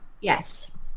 Yes